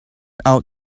out